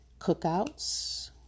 cookouts